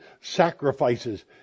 sacrifices